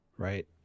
right